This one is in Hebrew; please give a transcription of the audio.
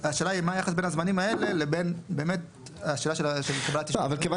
והשאלה היא מה היחס בין לוחות הזמנים האלה לבין השאלה של קבלת האישורים.